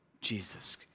Jesus